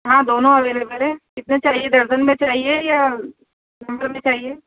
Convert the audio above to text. ہاں دونوں اویلیبل ہیں کتنے چاہیے درجن میں چاہیے یا نمبر میں چاہیے